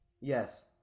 Yes